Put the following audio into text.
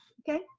okay,